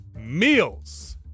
meals